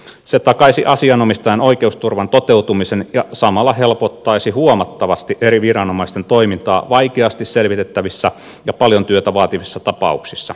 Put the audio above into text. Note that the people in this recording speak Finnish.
se takaisi asianomistajan oikeusturvan toteutumisen ja samalla helpottaisi huomattavasti eri viranomaisten toimintaa vaikeasti selvitettävissä ja paljon työtä vaativissa tapauksissa